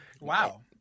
Wow